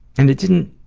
and it didn't